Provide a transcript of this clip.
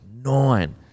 Nine